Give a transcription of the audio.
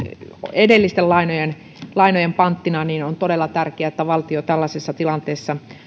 edellisten lainojen lainojen panttina on todella tärkeää että valtio tällaisissa tilanteissa